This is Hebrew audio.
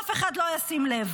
אף אחד לא ישים לב.